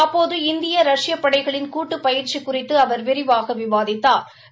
அப்போது இந்திய ரஷ்ய படைகளின் கூட்டு பயிற்சி குறித்து விரிவாக விவாதித்தாா்